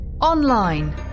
Online